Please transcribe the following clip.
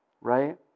right